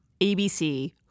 ABC